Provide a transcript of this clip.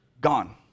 gone